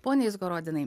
pone izgorodinai